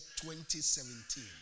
2017